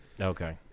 Okay